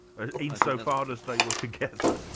ah insofar as they were together?